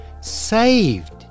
saved